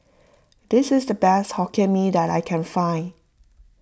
this is the best Hokkien Mee that I can find